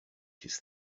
his